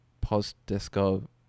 post-disco